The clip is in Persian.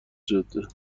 جاده